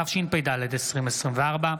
התשפ"ד 2024,